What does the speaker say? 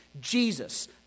Jesus